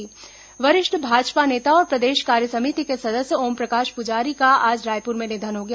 वरिष्ठ भाजपा नेता और प्रदेश कार्य समिति के सदस्य ओमप्रकाश पुजारी का आज रायपुर में निधन हो गया